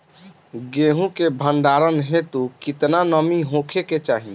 गेहूं के भंडारन हेतू कितना नमी होखे के चाहि?